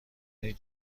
این